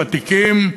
ותיקים,